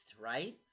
right